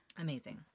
Amazing